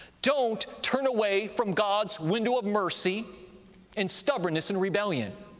don't turn away from god's window of mercy in stubbornness and rebellion.